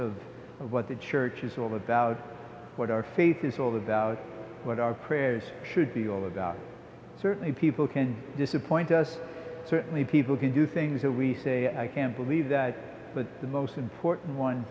of what the church is all about what our faith is all about what our prayers should be all about certainly people can disappoint us certainly people can do things that we say i can believe that but the most important one